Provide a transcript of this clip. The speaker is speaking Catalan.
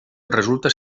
resulta